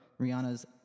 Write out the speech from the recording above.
Rihanna's